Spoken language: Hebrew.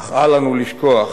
אך אל לנו לשכוח